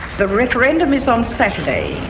the referendum is on saturday